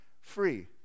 free